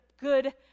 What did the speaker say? good